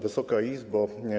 Wysoka Izbo!